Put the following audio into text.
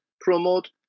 promote